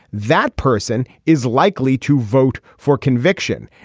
that person is likely to vote for conviction.